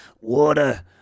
water